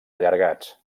allargats